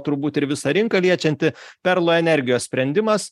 turbūt ir visą rinką liečianti perlo energijos sprendimas